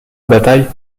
bataille